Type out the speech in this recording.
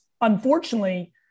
unfortunately